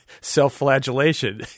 self-flagellation